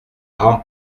rend